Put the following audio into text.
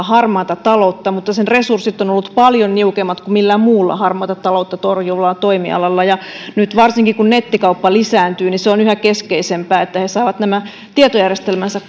harmaata taloutta mutta sen resurssit ovat olleet paljon niukemmat kuin millään muulla harmaata taloutta torjuvalla toimialalla nyt varsinkin kun nettikauppa lisääntyy niin se on yhä keskeisempää että he saavat nämä tietojärjestelmänsä